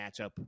matchup